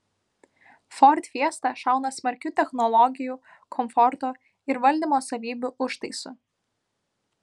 ford fiesta šauna smarkiu technologijų komforto ir valdymo savybių užtaisu